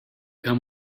come